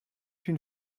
une